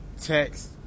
text